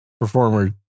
performer